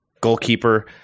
goalkeeper